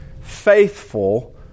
faithful